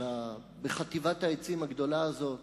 בחטיבת העצים הגדולה הזאת.